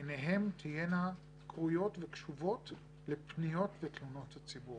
עיניהן תהיינה כרויות וקשובות לפניות ותלונות הציבור,